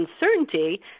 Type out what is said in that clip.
uncertainty